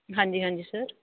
हां जी हां जी सर